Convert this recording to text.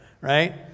right